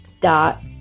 dot